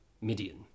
Midian